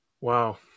wow